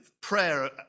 prayer